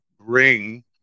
bring